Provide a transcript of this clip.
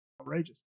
outrageous